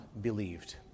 believed